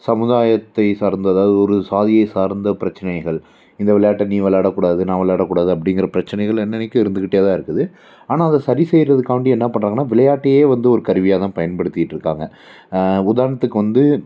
சமுதாயத்தை சார்ந்த எதாவது ஒரு சாதியை சார்ந்த பிரச்சனைகள் இந்த விளையாட்டை நீ விளையாடக்கூடாது நான் விளையாடக்கூடாது அப்படிங்கிற பிரச்சனைகள் என்னன்னைக்கும் இருந்துக்கிட்டே தான் இருக்குது ஆனால் அதை சரி செய்கிறதுக்காண்டி என்ன பண்ணுறாங்கன்னா விளையாட்டையே வந்து ஒரு கருவியாக தான் பயன்படுத்திகிட்ருக்காங்க உதாரணத்துக்கு வந்து